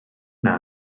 yna